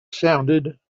sounded